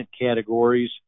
categories